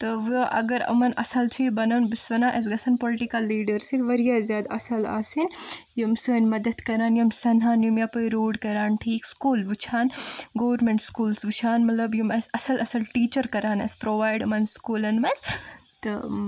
تہٕ وٕ اگر یِمن اصل چھِ یہِ بنُن بہٕ چھس ونان اسہِ گژھن پُلِٹٕیکَل لیٖڈٲرٕس یِنۍ وارِیاہ زیادٕ اصل آسٕنۍ یِم سٲنۍ مدتھ کران یِم سنہٕ ہن یِم یپٲرۍ روڑ کران ٹھیٖک سکوٗل وٕچھِ ہن گورمنٹ سکوٗلٕز وٕچھِ ہن مطلب یِم اسہِ اصل اصل ٹیٖچر کرٕہن اسہِ پروایڈ یِمن سکوٗلن منٛز تہٕ